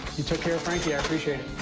you took care of frankie. i appreciate it.